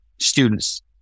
students